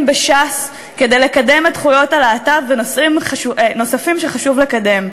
בש"ס כדי לקדם את זכויות הלהט"ב ונושאים נוספים שחשוב לקדם,